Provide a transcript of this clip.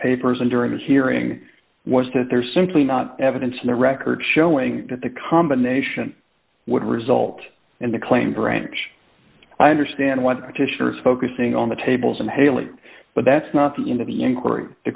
papers and during the hearing was that they're simply not evidence in the record showing that the combination would result in the claim branch i understand what a titian is focusing on the tables and halley but that's not the end of the